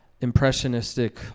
impressionistic